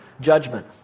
Judgment